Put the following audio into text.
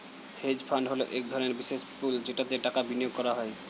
hedge fund হলো এক ধরনের বিশেষ পুল যেটাতে টাকা বিনিয়োগ করা হয়